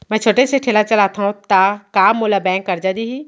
मैं छोटे से ठेला चलाथव त का मोला बैंक करजा दिही?